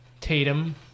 Tatum